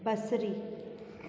बसिरी